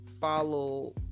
follow